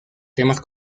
temas